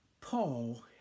Paul